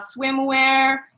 swimwear